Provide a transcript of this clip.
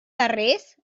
darrers